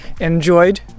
enjoyed